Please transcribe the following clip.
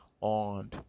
on